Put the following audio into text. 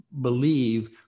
believe